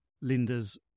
Linda's